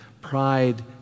pride